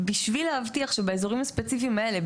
בשביל להבטיח שבאזורים הספציפיים האלה,